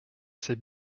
sais